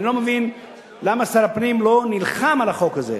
ואני לא מבין למה שר הפנים לא נלחם על החוק הזה,